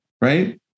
right